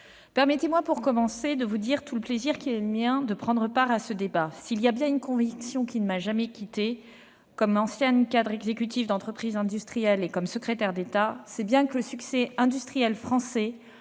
permettez-moi de vous dire avec quel plaisir je prends part à ce débat. S'il y a bien une conviction qui ne m'a jamais quittée, comme ancienne cadre exécutive d'entreprise industrielle et comme secrétaire d'État, c'est bien que le succès industriel français